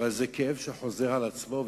אבל זה כאב שחוזר על עצמו,